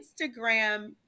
Instagram